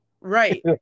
Right